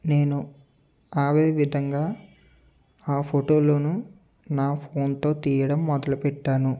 నేను అదే విధంగా ఆ ఫోటోలను నా ఫోన్తో తీయడం మొదలు పెట్టాను